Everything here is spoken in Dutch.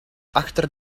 achter